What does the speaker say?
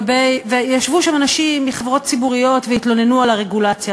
וישבו שם אנשים מחברות ציבוריות והתלוננו על הרגולציה.